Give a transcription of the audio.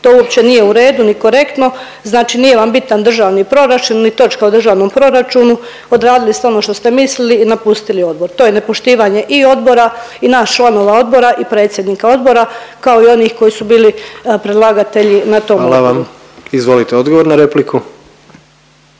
To uopće nije u redu ni korektno. Znači nije vam bitan državni proračun ni točka o državnom proračunu. Odradili ste ono što ste mislili i napustili odbor. To je nepoštivanje i odbora i nas članova odbora i predsjednika odbora kao i onih koji su bili predlagatelji na tom odboru. **Jandroković, Gordan (HDZ)** Hvala. Izvolite odgovor na repliku.